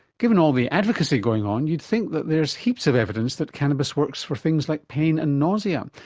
given all the advocacy going on you'd think that there's heaps of evidence that cannabis works for things like pain and nausea,